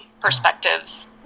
perspectives